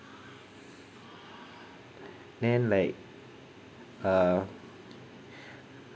then like uh